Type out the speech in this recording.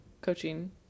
coaching